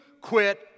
quit